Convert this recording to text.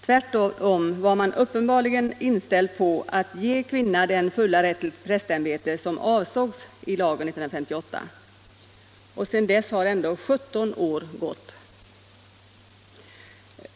Tvärtom var man uppenbarligen inställd på att ge kvinna den fulla rätt till prästämbete som avsågs i 1958 års lag. Och sedan dess har ändå 17 år gått.